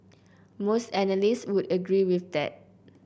most analysts would agree with that